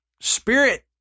spirit